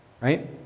right